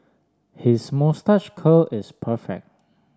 his moustache curl is perfect